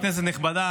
כנסת נכבדה,